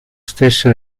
stessa